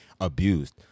abused